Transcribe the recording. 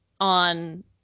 on